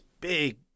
big